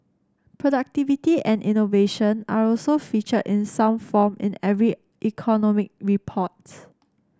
productivity and innovation are also featured in some form in every economic reports